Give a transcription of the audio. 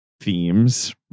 themes